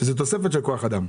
שזאת תוספת של כוח אדם.